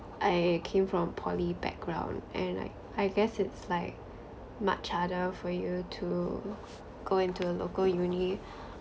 I came from poly background and like I guess it's like much harder for you to go into a local uni